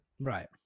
Right